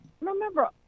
Remember